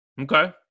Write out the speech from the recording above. Okay